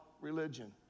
religion